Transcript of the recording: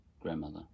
grandmother